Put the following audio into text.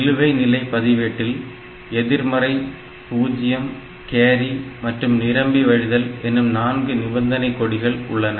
நிலுவை நிலை பதிவேட்டில் எதிர்மறை பூஜ்ஜியம் கேரி மற்றும் நிரம்பி வழிதல் எனும் 4 நிபந்தனை கொடிகள் உள்ளன